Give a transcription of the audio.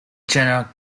genre